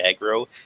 aggro